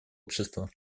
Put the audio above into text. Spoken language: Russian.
общества